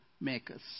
Makers